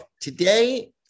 today